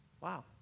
Wow